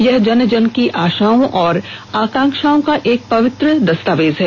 यह जन जन की आशाओं और आकांक्षाओं का एक पवित्र दस्तावेज है